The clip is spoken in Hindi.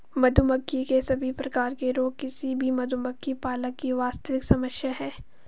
मधुमक्खी के सभी प्रकार के रोग किसी भी मधुमक्खी पालक की वास्तविक समस्या है